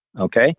Okay